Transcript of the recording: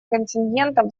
контингентов